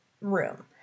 room